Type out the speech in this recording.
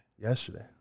Yesterday